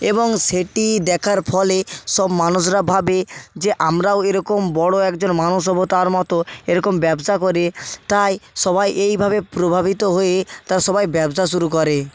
এবং সেটি দেখার ফলে সব মানুষরা ভাবে যে আমরাও এরকম বড়ো একজন মানুষ হবো তার মতো এরকম ব্যবসা করে তাই সবাই এইভাবে প্রভাবিত হয়ে তারা সবাই ব্যবসা শুরু করে